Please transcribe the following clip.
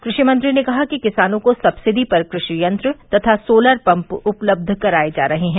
कृषि मंत्री ने कहा कि किसानों को सक्सिडी पर कृषि यंत्र तथा सोलर पम्प उपलब्ध कराये जा रहे है